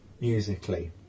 musically